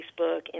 Facebook